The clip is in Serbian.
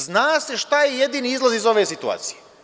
Zna se šta je jedini izlaz iz ove situacije.